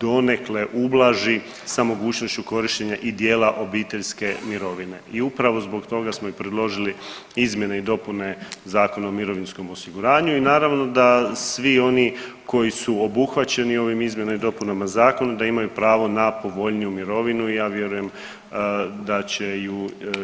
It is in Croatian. donekle ublaži sa mogućnošću korištenja i dijela obiteljske mirovine i upravo zbog toga smo i predložili izmjene i dopune Zakona o mirovinskom osiguranju i naravno da svi oni koji su obuhvaćeni ovim izmjenama i dopunama zakona da imaju pravo na povoljniju mirovinu i ja vjerujem da će ju itekako iskoristiti.